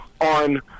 on